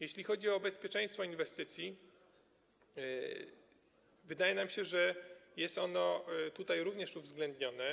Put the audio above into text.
Jeśli chodzi o bezpieczeństwo inwestycji, wydaje nam się, że jest ono również uwzględnione.